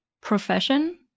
profession